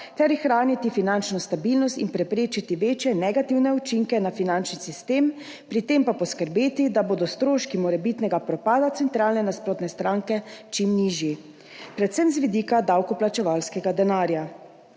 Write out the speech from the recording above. ter ohraniti finančno stabilnost in preprečiti večje negativne učinke na finančni sistem, pri tem pa poskrbeti, da bodo stroški morebitnega propada centralne nasprotne stranke čim nižji, predvsem z vidika davkoplačevalskega denarja.